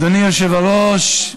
אדוני היושב-ראש,